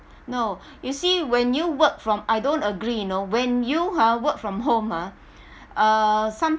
no you see when you work from I don't agree you know when you ha work from home ha uh